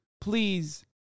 Please